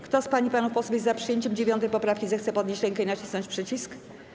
Kto z pań i panów posłów jest za przyjęciem 9. poprawki, zechce podnieść rękę i nacisnąć przycisk.